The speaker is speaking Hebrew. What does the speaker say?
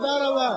אני אמרתי,